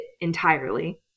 entirely